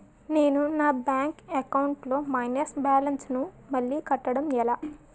నేను నా bank account లొ మైనస్ బాలన్స్ ను మళ్ళీ కట్టడం ఎలా?